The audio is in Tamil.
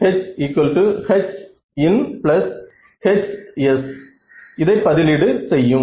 HHinHs இதை பதிலீடு செய்யும்